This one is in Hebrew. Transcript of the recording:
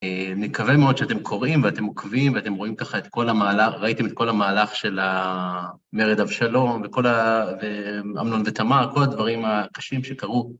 אני מקווה מאוד שאתם קוראים ואתם עוקבים ואתם רואים ככה את כל המהלך, ראיתם את כל המהלך של מרד אבשלום וכל ה- "אמנון ותמר", וכל הדברים הקשים שקרו.